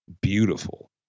beautiful